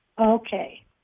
Okay